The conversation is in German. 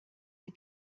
sie